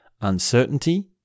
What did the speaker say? uncertainty